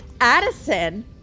Addison